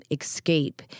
escape